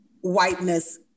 whiteness